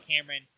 cameron